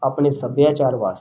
ਆਪਣੇ ਸੱਭਿਆਚਾਰ ਵਾਸਤੇ